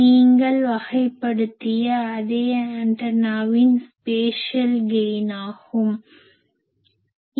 நீங்கள் வகைப்படுத்திய அதே ஆண்டெனாவின் ஸ்பேஷியல் கெய்னாகும்spatial gain இடம்சார்ந்த ஆதாயம்